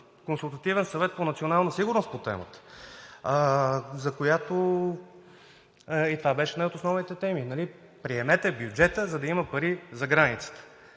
Консултативен съвет по национална сигурност по темата и това беше една от основните теми, нали: приемете бюджета, за да има пари за границата.